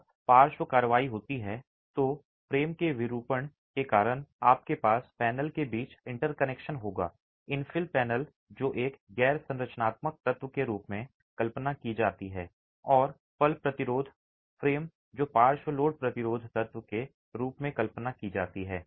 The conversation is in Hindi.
जब पार्श्व कार्रवाई होती है तो फ्रेम के विरूपण के कारण आपके पास पैनल के बीच इंटरैक्शन होगा इन्फिल पैनल जो एक गैर संरचनात्मक तत्व के रूप में कल्पना की जाती है और पल प्रतिरोध फ्रेम जो पार्श्व लोड प्रतिरोध तत्व के रूप में कल्पना की जाती है